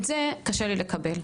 את זה קשה לי לקבל.